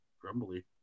grumbly